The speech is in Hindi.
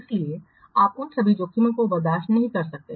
इसलिए आप उन सभी जोखिमों को बर्दाश्त नहीं कर सकते